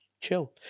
Chill